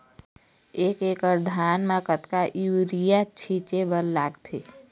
एक एकड़ धान म कतका यूरिया छींचे बर लगथे?